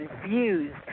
confused